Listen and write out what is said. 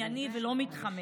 ענייני ולא מתחמק.